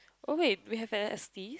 oh wait we have an